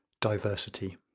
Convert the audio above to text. Diversity